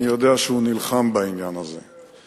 אני יודע שהוא נלחם בעניין הזה.